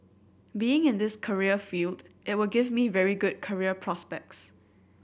being in this career field it would give me very good career prospects